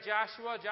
Joshua